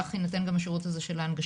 כך ניתן גם השירות הזה של ההנגשה,